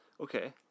Okay